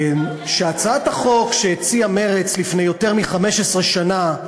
שהצעת החוק שהציעה מרצ לפני יותר מ-15 שנה,